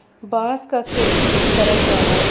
बांस क खेती भी करल जाला